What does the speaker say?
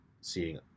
seeing